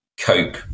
cope